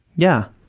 yeah,